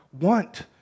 want